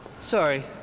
Sorry